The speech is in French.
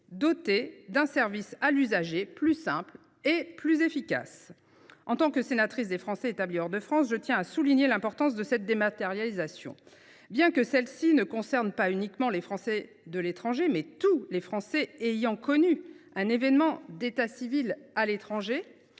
doté d’un service à l’usager plus simple et plus efficace. En tant que sénatrice des Français établis hors de France, je tiens à souligner l’importance de cette dématérialisation. Bien sûr, ce chantier concerne non pas les seuls Français de l’étranger, mais tous les Français ayant connu un événement d’état civil à l’étranger.